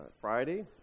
Friday